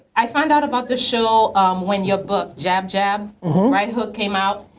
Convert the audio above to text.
i find out about the show when your book, jab jab right hook came out.